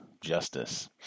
justice